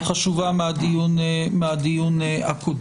חשובה מהדיון הקודם.